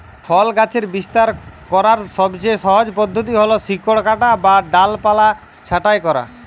ফল গাছের বিস্তার করার সবচেয়ে সহজ পদ্ধতি হল শিকড় কাটা বা ডালপালা ছাঁটাই করা